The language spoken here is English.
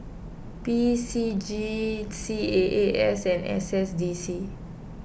P C G C A A S and S S D C